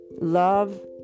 love